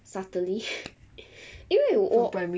subtly 因为我